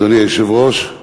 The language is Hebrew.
אדוני היושב-ראש,